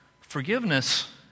forgiveness